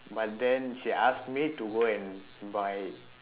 but then she ask me to go and buy it